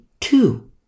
two